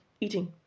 eating